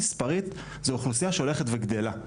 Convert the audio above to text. מספרית זה אוכלוסייה שהולכת וגדלה,